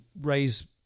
raise